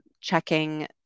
checking